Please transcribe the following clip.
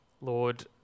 Lord